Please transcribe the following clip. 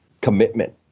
commitment